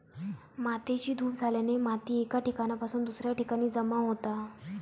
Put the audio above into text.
मातेची धूप झाल्याने माती एका ठिकाणासून दुसऱ्या ठिकाणी जमा होता